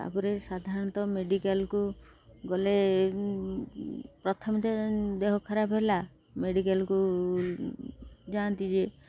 ତାପରେ ସାଧାରଣତଃ ମେଡ଼ିକାଲକୁ ଗଲେ ପ୍ରଥମେ ତ ଦେହ ଖରାପ ହେଲା ମେଡ଼ିକାଲକୁ ଯାଆନ୍ତି ଯିଏ